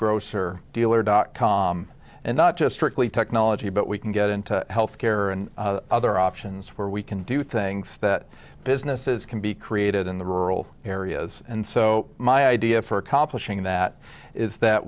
grocer dealer dot com and not just strictly technology but we can get into healthcare and other options where we can do things that businesses can be created in the rural areas and so my idea for accomplishing that is that